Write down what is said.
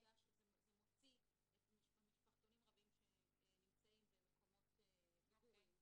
זה מוציא משפחתונים רבים שנמצאים במקומות מגורים,